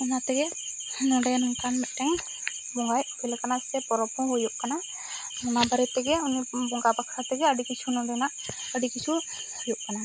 ᱚᱱᱟᱛᱮᱜᱮ ᱱᱚᱸᱰᱮ ᱱᱚᱝᱠᱟᱱ ᱢᱤᱫᱴᱮᱱ ᱵᱚᱸᱜᱟᱭ ᱩᱯᱮᱞ ᱟᱠᱟᱱᱟ ᱥᱮ ᱯᱚᱨᱚᱵᱽ ᱦᱚᱸ ᱦᱩᱭᱩᱜ ᱠᱟᱱᱟ ᱚᱱᱟ ᱵᱟᱨᱮ ᱛᱮᱜᱮ ᱩᱱᱤ ᱵᱚᱸᱜᱟ ᱵᱟᱠᱷᱨᱟ ᱛᱮᱜᱮ ᱟᱹᱰᱤ ᱠᱤᱪᱷᱩ ᱱᱚᱸᱰᱮ ᱱᱟᱜ ᱟᱹᱰᱤ ᱠᱤᱪᱷᱩ ᱦᱩᱭᱩᱜ ᱠᱟᱱᱟ